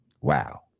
wow